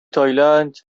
تایلند